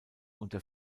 unter